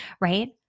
right